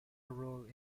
role